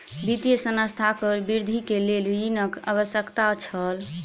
वित्तीय संस्थानक वृद्धि के लेल ऋणक आवश्यकता छल